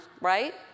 right